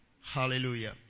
Hallelujah